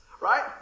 Right